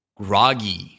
groggy